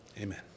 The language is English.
Amen